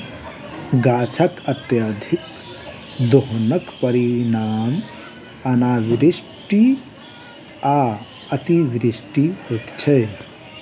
गाछकअत्यधिक दोहनक परिणाम अनावृष्टि आ अतिवृष्टि होइत छै